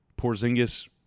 Porzingis